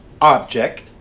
object